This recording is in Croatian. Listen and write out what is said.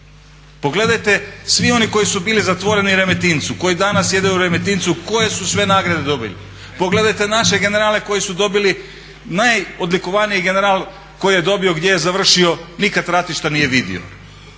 Pogledajte, svi oni koji su bili zatvoreni u Remetincu, koji danas sjede u Remetincu koje su sve nagrade dobili, pogledate naše generale koji su dobili najodlikovaniji general koji je dobio gdje je završio, nikad ratišta nije vidio.